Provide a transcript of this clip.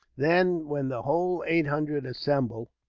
then, when the whole eight hundred assemble,